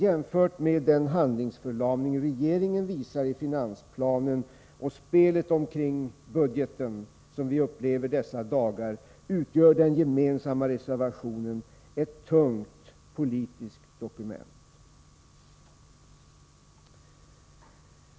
Jämfört med den handlingsförlamning som regeringen visar i finansplanen och det spel kring budgeten som vi upplever i dessa dagar, utgör den gemensamma reservationen ett tungt politiskt dokument.